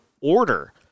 order